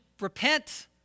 repent